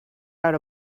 out